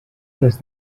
les